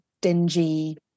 dingy